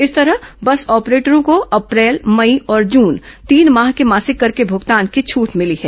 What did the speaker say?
इस तरह बस ऑपरेटरों को अप्रैल मई और जून तीन माह के मासिक कर के भूगतान की छूट मिली है